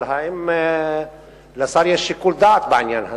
אבל האם יש לשר שיקול דעת בעניין הזה?